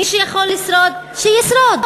מי שיכול לשרוד, שישרוד,